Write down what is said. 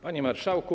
Panie Marszałku!